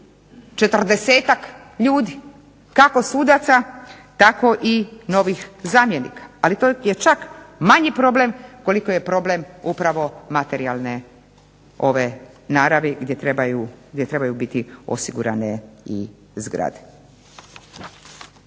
40-tak ljudi, kako sudaca tako i novih zamjenika, ali to je čak manji problem koliko je problem upravo materijalne naravi gdje trebaju biti osigurane i zgrade.